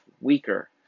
weaker